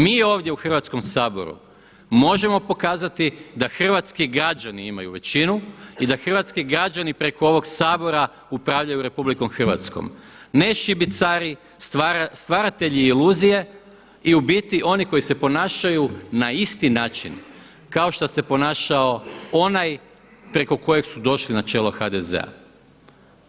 Mi ovdje u Hrvatskom saboru možemo pokazati da hrvatski građani imaju većinu i da hrvatski građani preko ovog Sabora upravljaju RH, ne šibicari, stvaratelji iluzije i u biti oni koji se ponašaju na isti način kao što se ponašao onaj preko kojeg su došli na čelo HDZ-a.